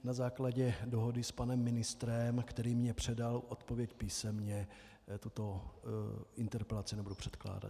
Na základě dohody s panem ministrem, který mi předal odpověď písemně, tuto interpelaci nebudu předkládat.